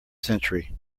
century